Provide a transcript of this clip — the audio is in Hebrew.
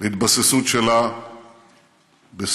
להתבססות שלה בסוריה,